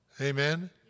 Amen